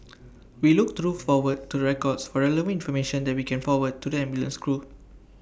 we look through forward to records for relevant information that we can forward to the ambulance crew